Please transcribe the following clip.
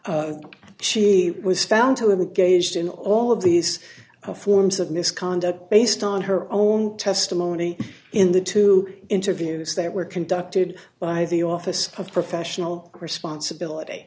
found she was found to have a gauge in all of these forms of misconduct based on her own testimony in the two interviews that were conducted by the office of professional responsibility